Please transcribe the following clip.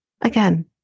again